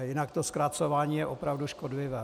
Jinak to zkracování je opravdu škodlivé.